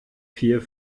vier